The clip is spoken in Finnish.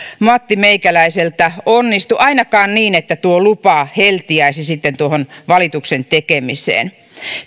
mattimeikäläiseltä onnistu ainakaan niin että lupa heltiäisi sitten tuohon valituksen tekemiseen